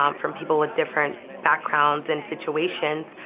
um from people with different backgrounds and situations.